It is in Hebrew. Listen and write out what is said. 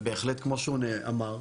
ובהחלט כמו שהוא אמר,